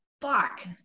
fuck